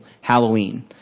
Halloween